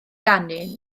ganu